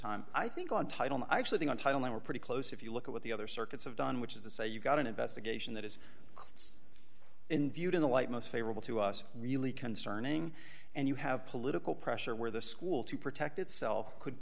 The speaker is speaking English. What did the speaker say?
time i think on title i actually think on title one we're pretty close if you look at the other circuits of don which is to say you've got an investigation that is clots in viewed in the light most favorable to us really concerning and you have political pressure where the school to protect itself could